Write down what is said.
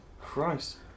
Christ